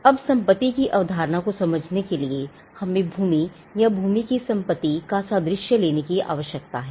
अब संपत्ति की अवधारणा को समझने के लिए हमें भूमि या भूमि की सम्पत्ति का सादृश्य लेने की आवश्यकता है